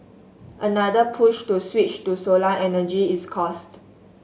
another push to switch to solar energy is cost